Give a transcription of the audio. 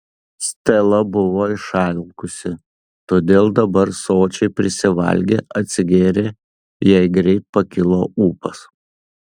stela buvo išalkusi todėl dabar sočiai prisivalgė atsigėrė jai greit pakilo ūpas